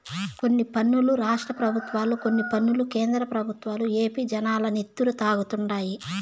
కొన్ని పన్నులు రాష్ట్ర పెబుత్వాలు, కొన్ని పన్నులు కేంద్ర పెబుత్వాలు ఏపీ జనాల నెత్తురు తాగుతండాయి